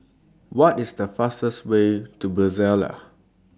What IS The fastest Way to Brasilia